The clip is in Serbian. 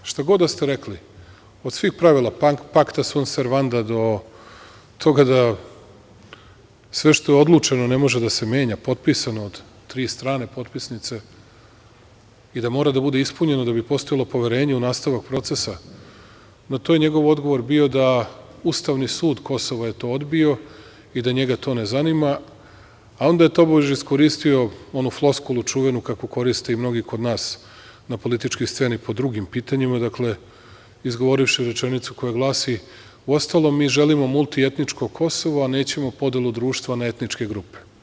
Šta god da ste rekli, od svih pravila, pact sunt servanda, do toga da sve što je odlučeno ne može da se menja, potpisano od tri strane potpisnice i da mora da bude ispunjeno da bi postojalo poverenje u nastavak procesa, na to je njegov odgovor bio da je ustavni sud Kosova to odbio i da njega to ne zanima, a onda je, tobože, iskoristio onu floskulu čuvenu, kako koriste i mnogi kod nas na političkoj sceni po drugim pitanjima, izgovorivši rečenicu koja glasi – uostalom, mi želimo multietničko Kosovo, a nećemo podelu društva na etničke grupe.